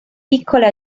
piccole